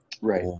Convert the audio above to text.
Right